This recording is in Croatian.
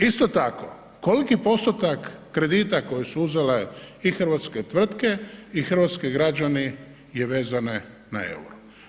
Isto tako koliki postotak kredita koje su uzele i hrvatske tvrtke i hrvatski građani je vezano na EUR-o.